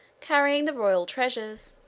carrying the royal treasures.